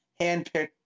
handpicked